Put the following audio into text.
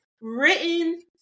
written